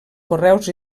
correus